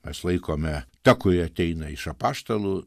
mes laikome ta kuri ateina iš apaštalų